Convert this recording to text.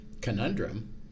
conundrum